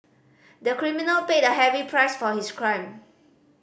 the criminal paid a heavy price for his crime